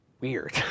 weird